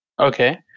okay